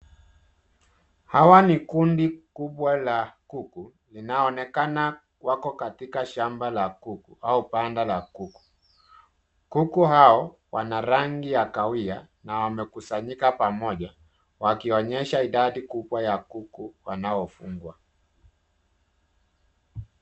Hawa ni kundi kubwa la kuku, linaonekana wako katika shamba la kuku au banda la kuku. Kuku hao wana rangi ya kahawia na wamekusanyika pamoja, wakionyesha idadi kubwa ya kuku wanaofugwa.